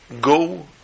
go